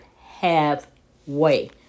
half-way